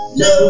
no